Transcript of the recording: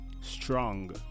strong